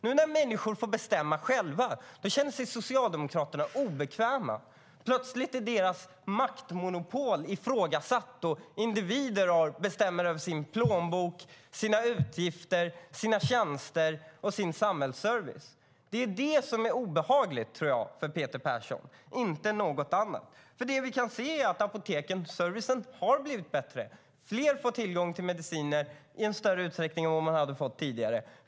Nu när människor får bestämma själva känner sig Socialdemokraterna obekväma. Plötsligt är deras maktmonopol ifrågasatt, och individer bestämmer över sin plånbok, sina utgifter, sina tjänster och sin samhällsservice. Det är det som är obehagligt för Peter Persson - tror jag - inte något annat. Det vi kan se är nämligen att servicen på apoteken har blivit bättre. Fler får tillgång till mediciner i större utsträckning än man fick tidigare.